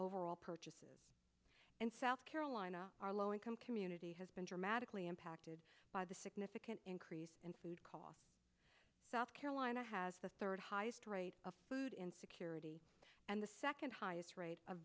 overall purchases in south carolina are low income community has been dramatically impacted by the significant increase in food costs south carolina has the third highest rate of food insecurity and the second highest rate